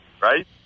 right